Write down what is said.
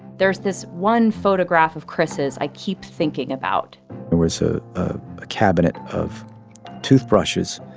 there's this one photograph of chris's i keep thinking about there was a ah cabinet of toothbrushes